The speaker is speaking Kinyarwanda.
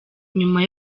nyuma